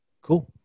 cool